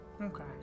Okay